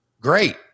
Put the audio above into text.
great